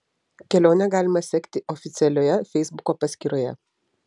kelionę galima sekti oficialioje feisbuko paskyroje